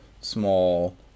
small